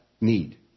need